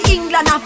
England